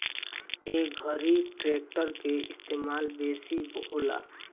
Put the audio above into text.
ए घरी ट्रेक्टर के इस्तेमाल बेसी होला